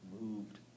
moved